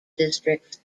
districts